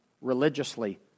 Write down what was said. religiously